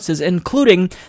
including